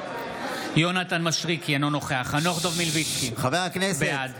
יונתן מישרקי, אינו נוכח חנוך דב מלביצקי, בעד